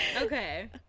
okay